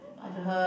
I don't know uh